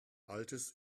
altes